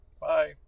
Bye